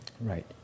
Right